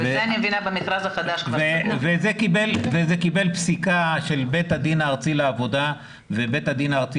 וזה קיבל פסיקה של בית הדין הארצי לעבודה ובית הדין הארצי